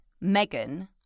Megan